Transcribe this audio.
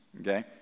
okay